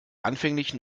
anfänglichen